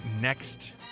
next